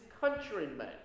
countrymen